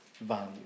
value